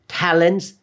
talents